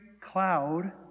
cloud